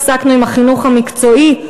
הפסקנו עם החינוך המקצועי,